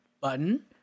button